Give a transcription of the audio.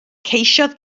ceisiodd